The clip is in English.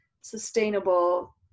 sustainable